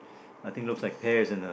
I think looks like pears and a